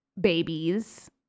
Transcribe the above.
babies